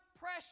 pressure